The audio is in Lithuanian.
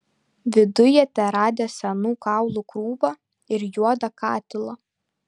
viduj jie teradę senų kaulų krūvą ir juodą katilą